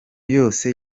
yose